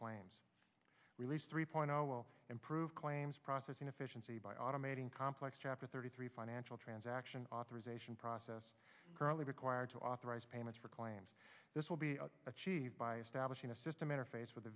claims release three point zero will improve claims processing efficiency by automating complex chapter thirty three financial transaction authorization process currently required to authorize payments for claims this will be achieved by establishing a system interface with